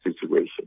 situation